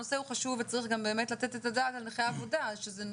הנושא הוא חשוב וצריך לתת גם אתה דעת על נכי העובדה כאשר זאת